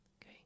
okay